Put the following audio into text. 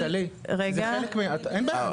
מה "לא הגונה"?